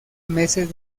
meses